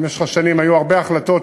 במשך השנים היו הרבה החלטות.